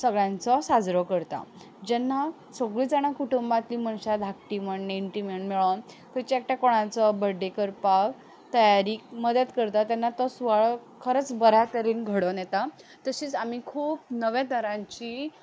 सगळ्यांचो साजरो करता जेन्ना सगळीं जाणां कुटुंबांतली मनशां धाकटीं म्हण नेण्टीं म्हण मेळून एकट्या कोणाचो बर्थडे करपाक तयारी मदत करता तेन्ना तो सुवाळो खरोच बऱ्या तरेन घडोवन येता तशेंच आमी खूब नवे तरांची